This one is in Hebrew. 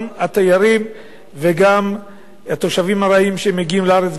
גם התיירים וגם התושבים הארעיים שמגיעים לארץ,